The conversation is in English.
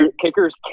Kickers